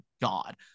god